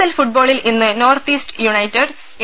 L ഫുട്ബോളിൽ ഇന്ന് North East United A